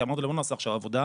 כי אמרנו לא נעשה עכשיו עבודה,